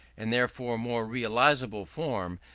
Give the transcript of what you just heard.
and therefore more realizable form,